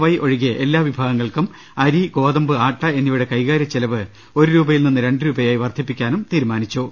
Y ഒഴികെ എല്ലാ വിഭാഗങ്ങൾക്കും അരി ഗോതമ്പ് ആട്ട എന്നിവയുടെ കൈകാര്യ ചെലവ് ഒരു രൂപയിൽ നിന്ന് രണ്ട് രൂപയായി വർധി പ്പിക്കാനും തീരുമാനിച്ചു